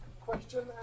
question